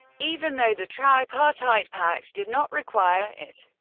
even though the tripartite pact did not require it.